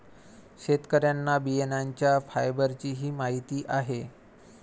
शेतकऱ्यांना बियाण्यांच्या फायबरचीही माहिती आहे